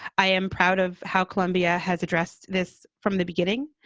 i am proud of how columbia has addressed this from the beginning.